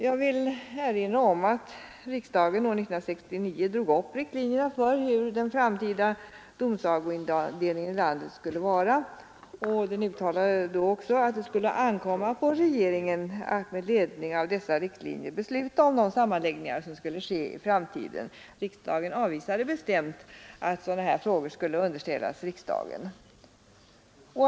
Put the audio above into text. Jag vill erinra om att riksdagen 1969 drog upp riktlinjerna för den framtida domsagoindelningen i landet. Den uttalade då också att det skulle ankomma på regeringen att med ledning av dessa riktlinjer besluta om de sammanläggningar som skulle ske i framtiden. Riksdagen avvisade bestämt att sådana här frågor skulle underställas riksdagen.